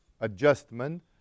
adjustment